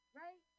right